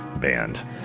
band